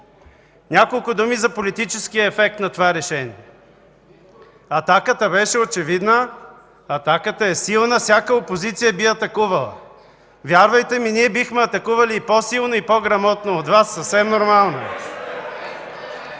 Няколко думи за политическия ефект на това решение. Атаката беше очевидна, атаката е силна, всяка опозиция би атакувала. Вярвайте ми, ние бихме атакували и по-силно, и по-грамотно от Вас – съвсем нормално